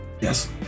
Yes